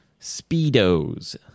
Speedos